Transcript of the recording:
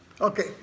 Okay